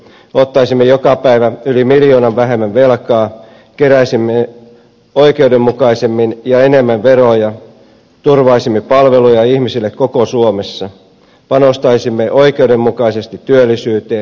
ottaisimme joka päivä yli miljoonan vähemmän velkaa keräisimme oikeudenmukaisemmin ja enemmän veroja turvaisimme palveluja ihmisille koko suomessa panostaisimme oikeudenmukaisesti työllisyyteen ja yrittäjyyteen